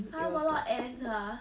!huh! got a lot of ants ah